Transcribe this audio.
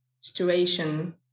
situation